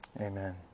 amen